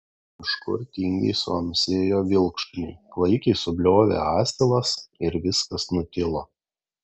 kažkur tingiai suamsėjo vilkšuniai klaikiai subliovė asilas ir viskas nutilo